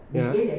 ya